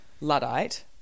luddite